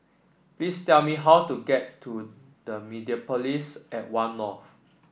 please tell me how to get to Mediapolis at One North